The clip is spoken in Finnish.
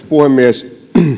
puhemies